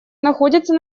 находится